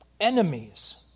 Enemies